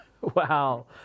Wow